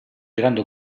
grande